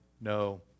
no